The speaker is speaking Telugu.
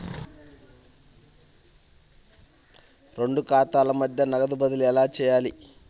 రెండు ఖాతాల మధ్య నగదు బదిలీ ఎలా చేయాలి?